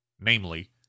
Namely